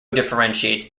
differentiates